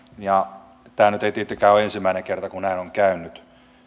tämä ei nyt tietenkään ole ensimmäinen kerta kun näin on käynyt